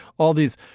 all these.